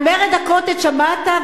על מרד ה"קוטג'" שמעת?